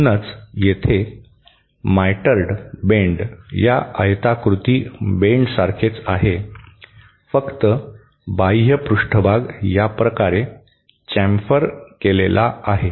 म्हणूनच येथे mitred bend या आयताकृती बेंडसारखेच आहे फक्त बाह्य पृष्ठभाग याप्रकारे चॅमफर केलेला आहे